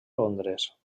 londres